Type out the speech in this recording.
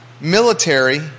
military